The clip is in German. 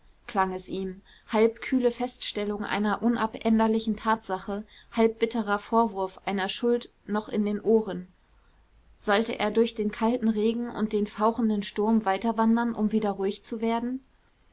klang es ihm halb kühle feststellung einer unabänderlichen tatsache halb bitterer vorwurf einer schuld noch in den ohren sollte er durch den kalten regen und den fauchenden sturm weiterwandern um wieder ruhig zu werden